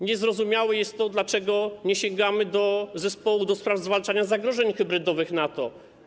Niezrozumiałe jest to, dlaczego nie sięgamy do zespołu do spraw zwalczania zagrożeń hybrydowych NATO.